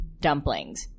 Dumplings